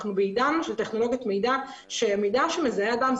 אנחנו בעידן של טכנולוגיית מידע והמידע שמזהה אדם,